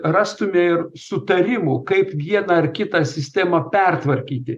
rastume ir sutarimų kaip vieną ar kitą sistemą pertvarkyti